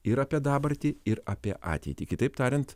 ir apie dabartį ir apie ateitį kitaip tariant